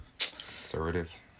Assertive